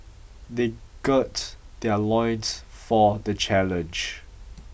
they gird their loins for the challenge